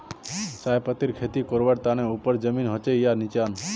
चाय पत्तीर खेती करवार केते ऊपर जमीन होचे या निचान?